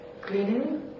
cleaning